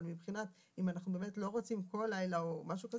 אבל מבחינת אם אנחנו באמת לא רוצים כל לילה או משה וכזה,